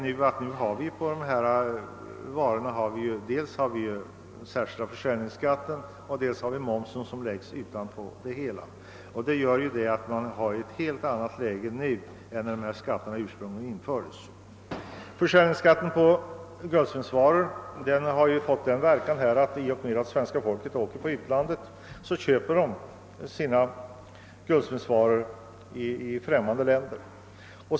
Nu har vi dels den särskilda försäljningsskatten på dessa varor, dels momsen, som läggs ovanpå. Läget är därför nu ett helt annat än det var när skatterna ursprungligen infördes. Försäljningsskatten på guldsmedsvaror har fått en annan verkan än som avsågs. Svenska folket åker nu i stor utsträckning till utlandet och köper guldsmedsvaror i främmande länder.